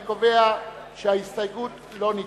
אני קובע שההסתייגות לא נתקבלה.